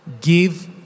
give